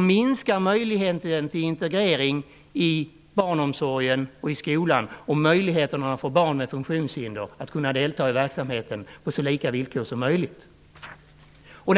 minskar möjligheten till integrering i barnomsorgen och i skolan och möjligheterna för barn med funktionshinder att kunna delta i verksamheten på så lika villkor som möjligt.